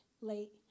late